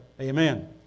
Amen